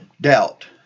Doubt